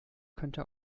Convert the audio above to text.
könnte